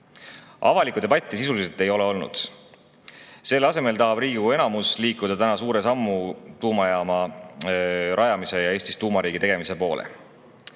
Avalikku debatti sisuliselt ei ole olnud. Selle asemel tahab Riigikogu enamus liikuda täna suure sammu tuumajaama rajamise ja Eestist tuumariigi tegemise poole.